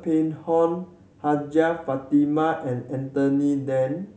Phek Hoong Hajjah Fatimah and Anthony Then